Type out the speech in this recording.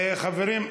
חברים,